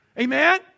Amen